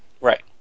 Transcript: Right